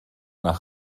nach